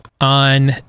on